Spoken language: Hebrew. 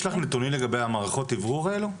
יש לכם נתונים לגבי מערכות האוורור האלה?